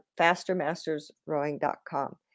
fastermastersrowing.com